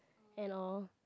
you know